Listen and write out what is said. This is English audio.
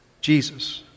Jesus